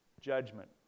Judgment